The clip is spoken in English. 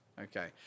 Okay